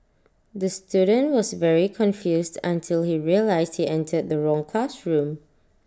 the student was very confused until he realised he entered the wrong classroom